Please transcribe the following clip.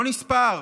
לא נספר,